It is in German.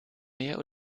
mehr